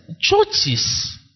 churches